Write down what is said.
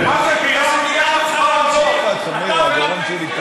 אני לעולם לא